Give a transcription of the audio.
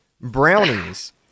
Brownies